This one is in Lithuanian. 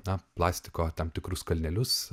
na plastiko tam tikrus kalnelius